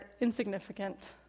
insignificant